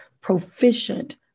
proficient